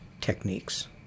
techniques